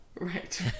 Right